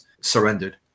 surrendered